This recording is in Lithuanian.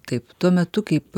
taip tuo metu kaip